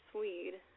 Swede